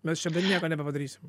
mes čia nieko nebepadarysim